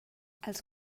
els